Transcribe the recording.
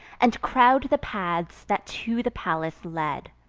and crowd the paths that to the palace lead.